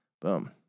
Boom